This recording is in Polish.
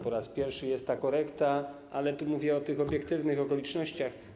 Po raz pierwszy jest ta korekta, ale tu mówię o obiektywnych okolicznościach.